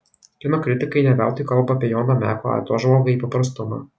kino kritikai ne veltui kalba apie jono meko atožvalgą į paprastumą